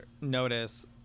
notice